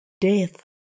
death